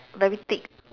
very thick